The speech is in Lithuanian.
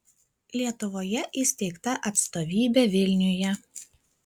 lietuvoje įsteigta atstovybė vilniuje